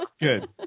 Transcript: Good